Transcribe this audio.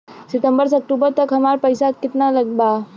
सितंबर से अक्टूबर तक हमार कितना पैसा बा?